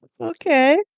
Okay